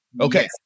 Okay